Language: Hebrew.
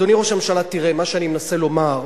אדוני ראש הממשלה, מה שאני מנסה לומר,